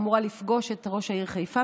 אני אמורה לפגוש את ראש העיר חיפה,